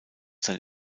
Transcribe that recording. sein